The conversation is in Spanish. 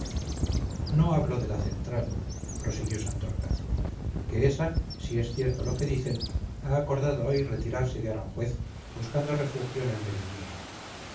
no hablo de la central prosiguió santorcaz que esa si es cierto lo que dicen ha acordado hoy retirarse de aranjuez buscando refugio en el mediodía